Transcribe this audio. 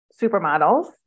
supermodels